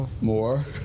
More